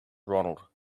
ronald